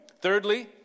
Thirdly